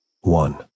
One